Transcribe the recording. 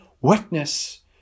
witness